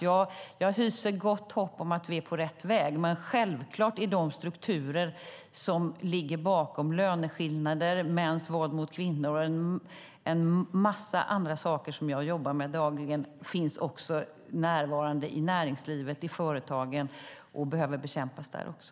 Jag hyser gott hopp om att vi är på rätt väg, men självklart finns de strukturer som ligger bakom löneskillnader, mäns våld mot kvinnor och en massa andra saker som jag jobbar med dagligen också närvarande i näringslivet och i företagen, och de behöver bekämpas där också.